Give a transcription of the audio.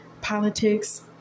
politics